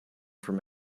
from